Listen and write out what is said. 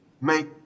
make